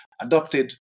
adopted